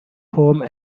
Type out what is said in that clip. home